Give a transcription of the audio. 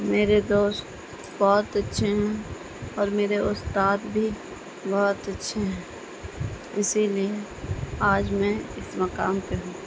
میرے دوست بہت اچھے ہیں اور میرے استاد بھی بہت اچھے ہیں اسی لیے آج میں اس مقام پہ ہوں